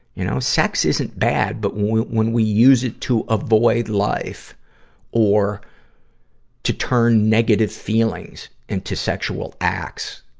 you know, sex isn't bad, but when, when we use it to avoid life or to turn negative feelings into sexual acts,